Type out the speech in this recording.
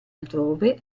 altrove